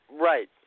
right